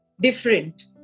different